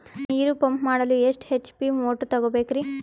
ನೀರು ಪಂಪ್ ಮಾಡಲು ಎಷ್ಟು ಎಚ್.ಪಿ ಮೋಟಾರ್ ತಗೊಬೇಕ್ರಿ?